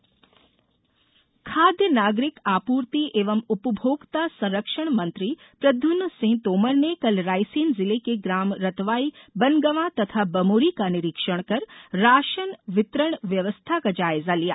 खाद्यमंत्री निरीक्षण खाद्य नागरिक आपूर्ति एवं उपभोक्ता संरक्षण मंत्री प्रद्युम्न सिंह तोमर ने कल रायसेन जिले के ग्राम रतवाई बनगवॉ तथा बमोरी का निरीक्षण कर राशन वितरण व्यवस्था का जायजा लिया